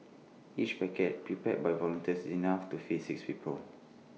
each packet prepared by volunteers is enough to feed six people